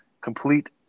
complete